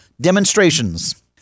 demonstrations